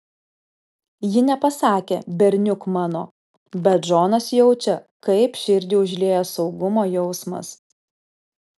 ji nepasakė berniuk mano bet džonas jaučia kaip širdį užlieja saugumo jausmas